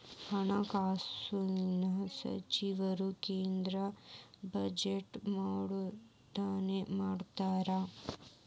ಹಣಕಾಸಿನ ಸಚಿವರು ಕೇಂದ್ರದ ಬಜೆಟ್ನ್ ಮಂಡನೆ ಮಾಡ್ತಾರಾ